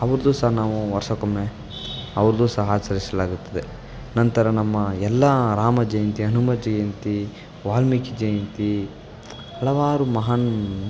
ಅವ್ರದ್ದೂ ಸಹ ನಾವು ವರ್ಷಕ್ಕೊಮ್ಮೆ ಅವ್ರದ್ದೂ ಸಹ ಆಚರಿಸಲಾಗುತ್ತದೆ ನಂತರ ನಮ್ಮ ಎಲ್ಲ ರಾಮ ಜಯಂತಿ ಹನುಮ ಜಯಂತಿ ವಾಲ್ಮೀಕಿ ಜಯಂತಿ ಹಲವಾರು ಮಹಾನ್